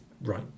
right